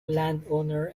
landowner